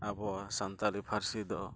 ᱟᱵᱚᱣᱟᱜ ᱥᱟᱱᱛᱟᱲᱤ ᱯᱟᱹᱨᱥᱤ ᱫᱚ